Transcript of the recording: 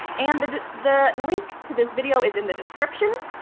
and the the link to this video is in the description.